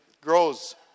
grows